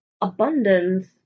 abundance